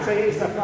זה רק קשיי שפה.